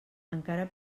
encara